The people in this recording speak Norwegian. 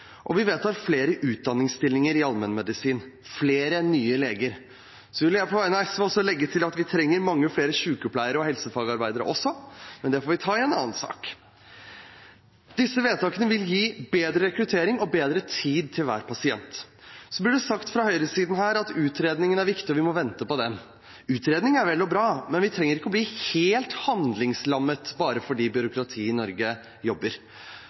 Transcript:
og vi vedtar flere utdanningsstillinger innen allmennmedisin – flere nye leger. Jeg vil på vegne av SV legge til at vi også trenger mange flere sykepleiere og helsefagarbeidere, men det får vi ta i en annen sak. Disse vedtakene vil gi bedre rekruttering og bedre tid til hver pasient. Det blir sagt fra høyresiden at utredningen er viktig, og at vi må vente på den. Utredning er vel og bra, men vi trenger ikke å bli helt handlingslammede bare fordi byråkratiet i Norge jobber.